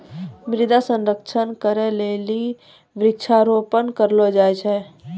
मृदा संरक्षण करै लेली वृक्षारोपण करलो जाय छै